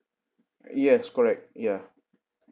yes correct ya